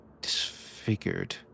disfigured